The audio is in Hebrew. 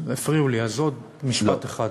הפריעו לי, אז עוד משפט אחד.